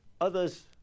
Others